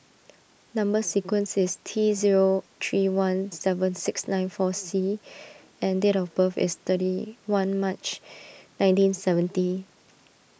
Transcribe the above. Number Sequence is T zero three one seven six nine four C and date of birth is thirty one March nineteen seventy